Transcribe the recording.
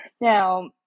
Now